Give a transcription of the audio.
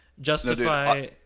justify